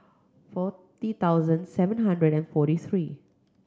forty thousand seven hundred and forty three